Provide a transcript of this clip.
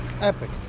Epic